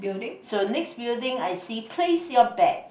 so next building I see place your bets